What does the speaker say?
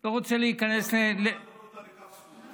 אני לא רוצה להיכנס, נדון אותה לכף הזכות.